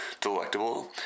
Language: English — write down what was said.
Delectable